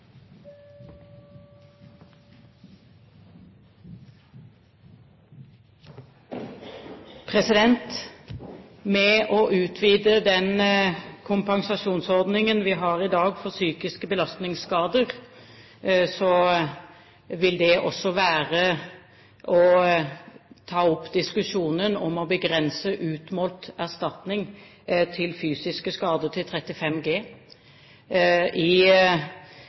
å utvide den kompensasjonsordningen for psykiske belastningsskader som vi har i dag, tar man også opp diskusjonen om å begrense utmålt erstatning for fysiske skader til 35 G. I